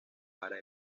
para